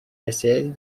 raíces